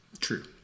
True